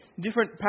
different